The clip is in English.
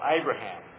Abraham